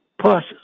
plus